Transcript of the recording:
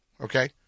Okay